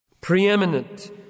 Preeminent